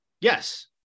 Yes